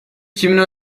kimin